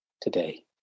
today